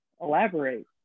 Elaborate